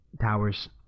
towers